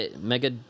mega